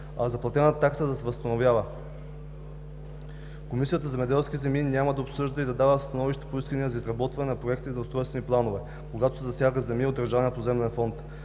заплатената такса да се възстановява. Комисията за земеделските земи няма да обсъжда и да дава становища по искания за изработване на проекти на устройствени планове, когато се засягат земи от Държавния поземлен фонд.